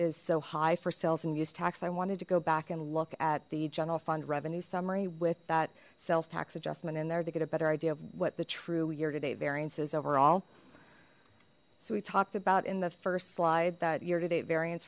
is so high for sales and use tax i wanted to go back and look at the general fund revenue summary with that sales tax adjustment in there to get a better idea of what the true year to date variance is overall so we talked about in the first slide that year to date variance